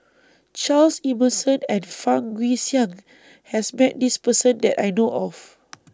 Charles Emmerson and Fang Guixiang has Met This Person that I know of